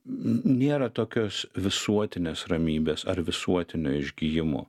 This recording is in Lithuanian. nėra tokios visuotinės ramybės ar visuotinio išgijimo